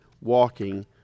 walking